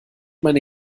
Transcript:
meine